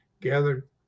gathered